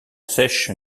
sèche